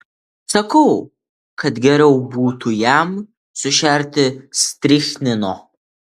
sakau kad geriau būtų jam sušerti strichnino